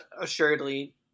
assuredly